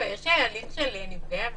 אבל יש הליך של נפגעי עבירה.